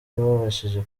babashije